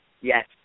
yes